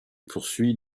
poursuit